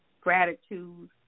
gratitude